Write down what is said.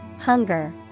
hunger